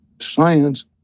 Science